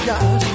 God